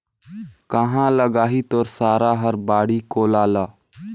काँहा लगाही तोर सारा हर बाड़ी कोला ल